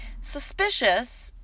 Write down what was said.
Suspicious